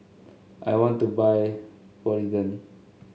I want to buy Polident